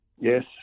Yes